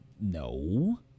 No